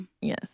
Yes